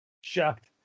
shocked